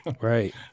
right